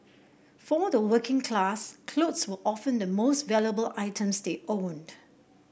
for the working class clothes were often the most valuable items they owned